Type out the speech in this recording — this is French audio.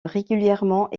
régulièrement